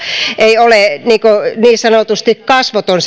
ei ole niin sanotusti ihan kasvoton